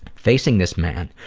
facing this man,